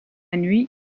nuit